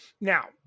Now